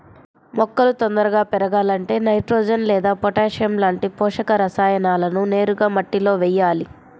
మొక్కలు తొందరగా పెరగాలంటే నైట్రోజెన్ లేదా పొటాషియం లాంటి పోషక రసాయనాలను నేరుగా మట్టిలో వెయ్యాలి